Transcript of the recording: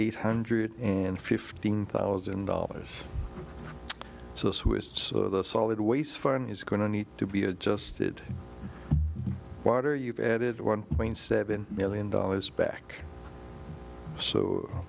eight hundred and fifteen thousand dollars so that's who it's solid waste fine is going to need to be adjusted water you've added one point seven million dollars back so